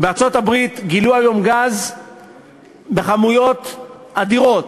בארצות-הברית גילו היום גז בכמויות אדירות.